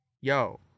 yo